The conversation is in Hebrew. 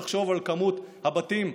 תחשוב על כמות הבתים,